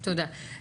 תודה.